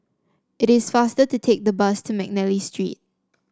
it is faster to take the bus to McNally Street